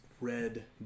red